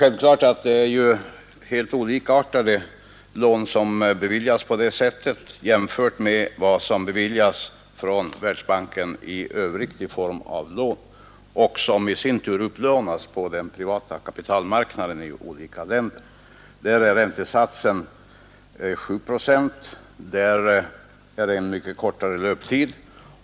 Självklart är dessa lån olika dem som i övrigt beviljas från Världsbanken och som i sin tur upplånas på den privata kapitalmarknaden i olika länder. På dessa lån är räntesatsen 7 procent och de löper på en mycket kortare tid.